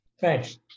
Thanks